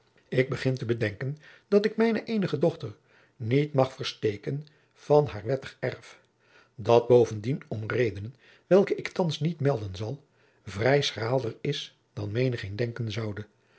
ik begin te bedenken dat ik mijne eenige jacob van lennep de pleegzoon dochter niet mag versteken van haar wettig erf dat bovendien om redenen welke ik thands niet melden zal vrij schraalder is dan menigeen denken zoude